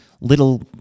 little